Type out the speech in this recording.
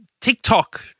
TikTok